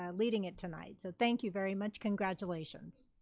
ah leading it tonight. so thank you very much congratulations.